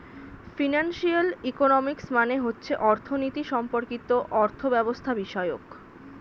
financial economics মানে হচ্ছে অর্থনীতি সম্পর্কিত অর্থব্যবস্থাবিষয়ক